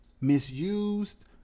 misused